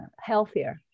healthier